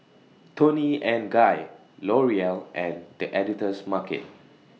Toni and Guy L'Oreal and The Editor's Market